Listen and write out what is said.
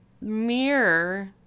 mirror